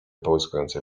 połyskującej